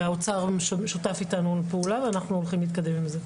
והאוצר שותף איתנו ואנחנו הולכים להתקדם עם זה.